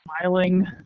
smiling